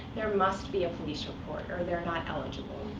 there must be a police report, or they're not eligible.